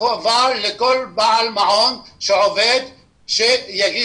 חובה על כל בעל מעון שעובד להגיש